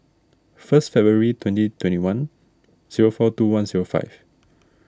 first February twenty twenty one zero four two one zero five